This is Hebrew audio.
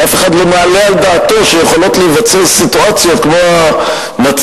כי אף אחד לא מעלה על דעתו שיכולות להיווצר סיטואציות כמו המצבים